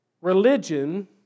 Religion